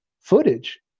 footage